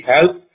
help